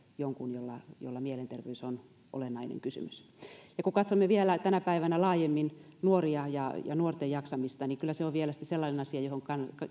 jonkun jolla jolla mielenterveys on olennainen kysymys kun katsomme vielä tänä päivänä laajemmin nuoria ja ja nuorten jaksamista niin kyllä se on sellainen asia johon